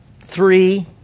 Three